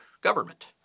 government